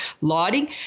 lighting